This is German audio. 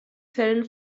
fällen